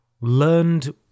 learned